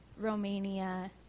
Romania